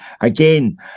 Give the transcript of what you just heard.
Again